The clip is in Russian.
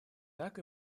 так